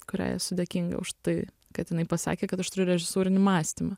kuriai esu dėkinga už tai kad jinai pasakė kad aš turiu režisūrinį mąstymą